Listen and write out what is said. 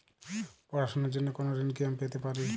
পড়াশোনা র জন্য কোনো ঋণ কি আমি পেতে পারি?